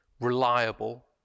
reliable